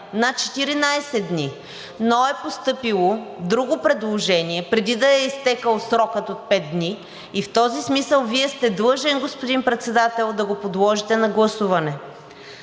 на 14 дни. Но е постъпило друго предложение, преди да е изтекъл срокът от пет дни, и в този смисъл Вие сте длъжен, господин Председател, да го подложите на гласуване.